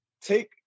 take